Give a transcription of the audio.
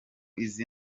izi